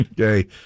Okay